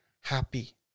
happy